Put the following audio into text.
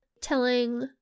telling